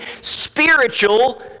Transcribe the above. spiritual